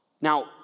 Now